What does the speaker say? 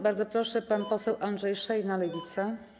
Bardzo proszę, pan poseł Andrzej Szejna, Lewica.